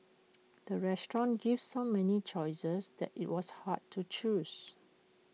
the restaurant gave so many choices that IT was hard to choose